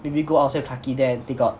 maybe go outside clarke quay there they got